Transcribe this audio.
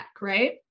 right